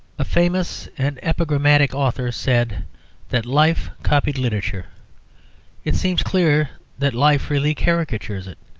a famous and epigrammatic author said that life copied literature it seems clear that life really caricatures it.